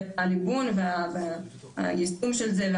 הליבון והיישום של זה,